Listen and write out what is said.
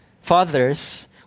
fathers